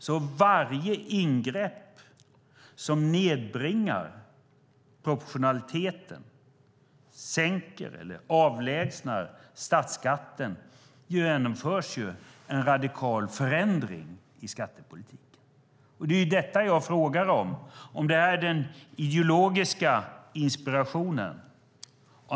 För varje ingrepp som nedbringar proportionaliteten, sänker eller avlägsnar statsskatten genomförs en radikal förändring i skattepolitiken. Det är detta jag frågar om, om det är den ideologiska inspirationen.